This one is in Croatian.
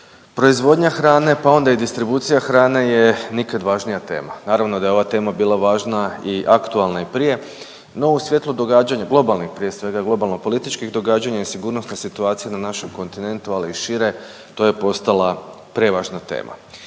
proizvodnja hrane, pa onda i distribucija hrane je nikad važnija tema. Naravno da je ova tema bila važna i aktualna i prije, no u svjetlu događanja globalnim, prije svega globalno-političkih događanja i sigurnosne situacije na našem kontinentu, ali i šire to je postala prevažna tema.